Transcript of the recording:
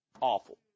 awful